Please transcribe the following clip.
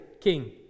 King